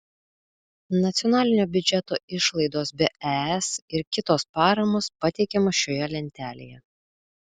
nacionalinio biudžeto išlaidos be es ir kitos paramos pateikiamos šioje lentelėje